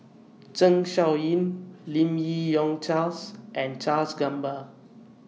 Zeng Shouyin Lim Yi Yong Charles and Charles Gamba